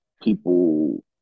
people